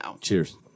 Cheers